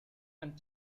and